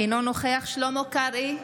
אינו נוכח שלמה קרעי,